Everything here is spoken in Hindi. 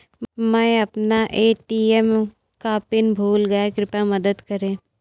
मै अपना ए.टी.एम का पिन भूल गया कृपया मदद करें